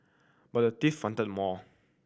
but the thief wanted more